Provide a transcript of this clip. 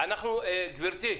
גברתי,